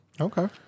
Okay